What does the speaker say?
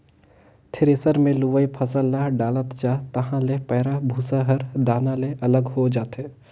thresher मे लुवय फसल ल डालत जा तहाँ ले पैराःभूसा हर दाना ले अलग हो जाथे